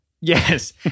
Yes